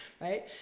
right